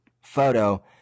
photo